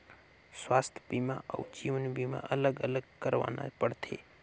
स्वास्थ बीमा अउ जीवन बीमा अलग अलग करवाना पड़थे?